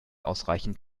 ausreichend